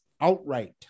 outright